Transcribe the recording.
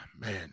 man